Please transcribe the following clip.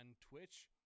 Twitch